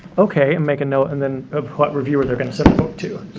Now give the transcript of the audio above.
okay and make a note and then of what reviewers they're gonna send the book to.